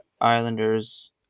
Islanders